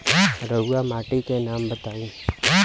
रहुआ माटी के नाम बताई?